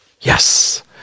Yes